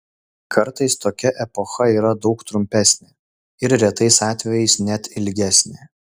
kartais tokia epocha yra daug trumpesnė ir retais atvejais net ilgesnė